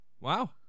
wow